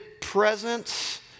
presence